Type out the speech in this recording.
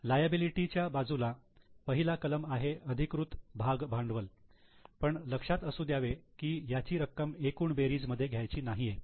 liability च्या बाजूला पहिला कलम आहे अधिकृत भाग भांडवल पण लक्षात असू द्यावे की याची रक्कम एकूण बेरीज मध्ये घ्यायची नाहीये